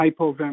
hypoventilation